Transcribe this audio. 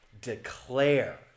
declare